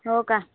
हो का